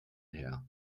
her